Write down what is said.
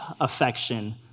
affection